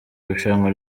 rushanwa